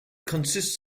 consists